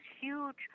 huge